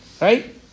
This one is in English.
Right